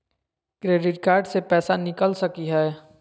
Credit card से पैसा निकल सकी हय?